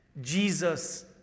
Jesus